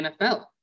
NFL